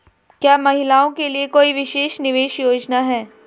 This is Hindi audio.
क्या महिलाओं के लिए कोई विशेष निवेश योजना है?